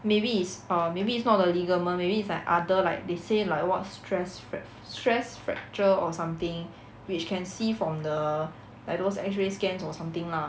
maybe is err maybe is not the ligament maybe is like other like they say like what stress frac~ stress fracture or something which can see from the like those X-ray scans or something lah